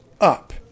up